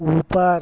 ऊपर